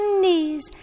knees